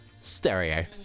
Stereo